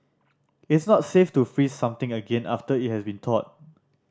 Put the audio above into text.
it is not safe to freeze something again after it has been thawed